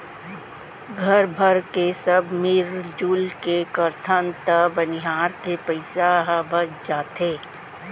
घर भरके सब मिरजुल के करथन त बनिहार के पइसा ह बच जाथे